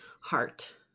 heart